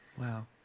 Wow